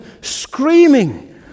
screaming